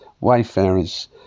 wayfarers